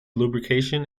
lubrication